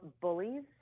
bullies